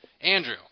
Andrew